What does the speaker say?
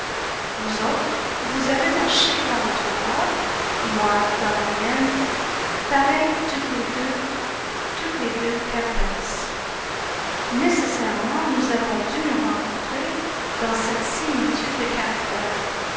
vous autres vous avez marché dans votre voie moi dans la mienne pareilles toutes les deux toutes les deux perverses nécessairement nous avons dû nous rencontrer dans cette similitude de caractère